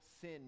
sin